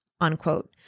unquote